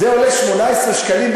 18 שקלים,